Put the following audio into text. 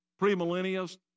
premillennialist